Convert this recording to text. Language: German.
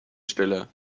stille